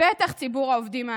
בטח ציבור העובדים העניים.